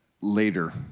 later